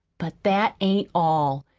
but that ain't all.